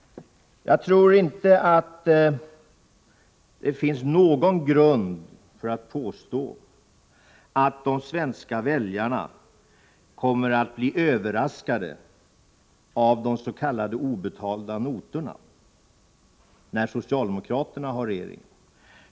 Jag tror inte att det finns någon grund för att påstå att de svenska väljarna kommer att bli överraskade av s.k. obetalda notor när socialdemokraterna har regeringsställning.